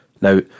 Now